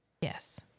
Yes